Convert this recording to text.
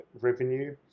revenue